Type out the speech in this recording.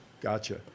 gotcha